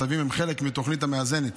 הצווים הם חלק מהתוכנית המאזנת